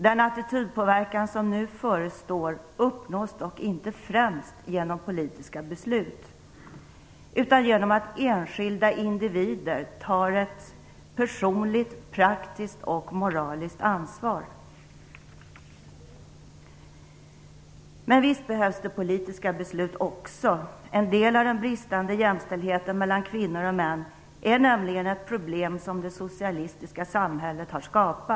Den attitydpåverkan som nu förestår uppnås dock inte främst genom politiska beslut utan genom att enskilda individer tar ett personligt, praktiskt och moraliskt ansvar. Men visst behövs det politiska beslut också. En del av den bristande jämställdheten mellan kvinnor och män är nämligen ett problem som det socialistiska samhället har skapat.